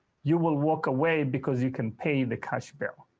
you will walk away because you can pay the cash back.